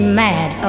mad